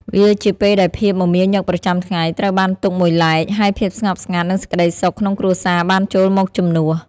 វាជាពេលដែលភាពមមាញឹកប្រចាំថ្ងៃត្រូវបានទុកមួយឡែក ហើយភាពស្ងប់ស្ងាត់ និងសេចក្តីសុខក្នុងគ្រួសារបានចូលមកជំនួស។